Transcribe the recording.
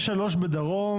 יש שלוש בדרום,